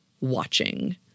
watching